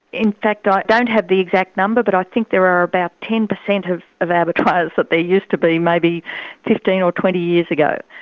in fact i don't have the exact number but i think there are about ten percent of of abattoirs that there used to be maybe fifteen or twenty years ago.